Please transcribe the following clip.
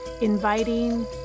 Inviting